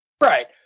Right